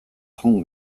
joan